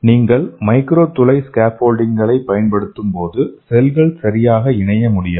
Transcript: நீங்கள் மைக்ரோ துளை ஸ்கேஃபோல்டிங்களைப் பயன்படுத்தும்போது செல்கள் சரியாக இணைய முடியாது